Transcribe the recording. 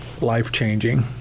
life-changing